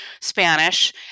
spanish